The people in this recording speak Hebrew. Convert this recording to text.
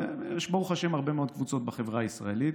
ברוך השם יש הרבה מאוד קבוצות בחברה הישראלית.